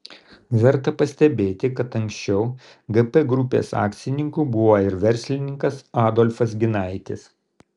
verta pastebėti kad anksčiau gp grupės akcininku buvo ir verslininkas adolfas ginaitis